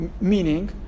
meaning